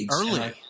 Early